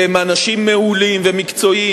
שהם אנשים מעולים ומקצועיים,